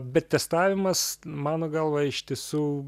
bet testavimas mano galva iš tiesų